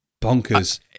Bonkers